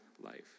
life